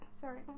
Sorry